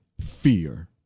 fear